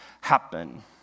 happen